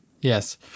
Yes